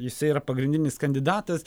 jisai yra pagrindinis kandidatas